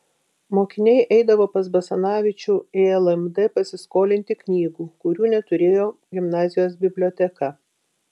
mokiniai eidavo pas basanavičių į lmd pasiskolinti knygų kurių neturėjo gimnazijos biblioteka